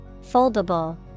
Foldable